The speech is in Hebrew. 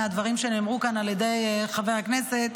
מהדברים שנאמרו כאן על ידי חבר הכנסת,